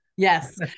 Yes